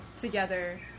Together